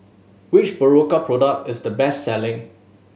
which Berocca product is the best selling